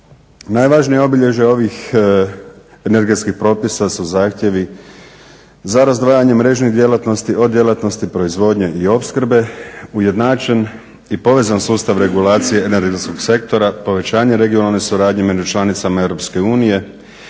Najvažnije obilježje ovih energetskih propisa su zahtjevi za razdvajanje mrežnih djelatnosti od djelatnosti proizvodnje i opskrbe ujednačen i povezan sustava regulacije energetskog sektora, povećanje regionalne suradnje među članicama EU,